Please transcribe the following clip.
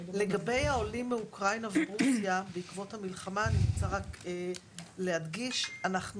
לגבי העולים מאוקראינה ורוסיה - אני רוצה להדגיש שבעקבות